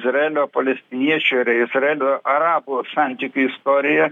izraelio palestiniečių ir izraelio arabų santykių istorija